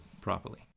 properly